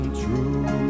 true